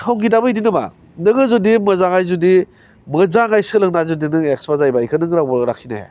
संगिताआबो बिदिनो नामा नोङो जुदि मोजाङै जुदि मोजाङै सोलोंना जुदि नों एक्सपार्ट जायोबा बेखौ नों रावबो लाखिनो हाया